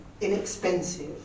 inexpensive